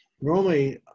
Normally